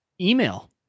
email